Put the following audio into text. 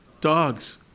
dogs